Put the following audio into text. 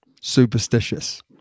superstitious